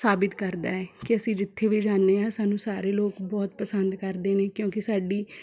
ਸਾਬਿਤ ਕਰਦਾ ਹੈ ਕਿ ਅਸੀਂ ਜਿੱਥੇ ਵੀ ਜਾਨੇ ਹਾਂ ਸਾਨੂੰ ਸਾਰੇ ਲੋਕ ਬਹੁਤ ਪਸੰਦ ਕਰਦੇ ਨੇ ਕਿਉਂਕਿ ਸਾਡੀ